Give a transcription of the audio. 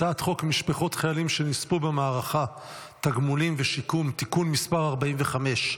הצעת חוק משפחות חיילים שנספו במערכה (תגמולים ושיקום) (תיקון מס' 45),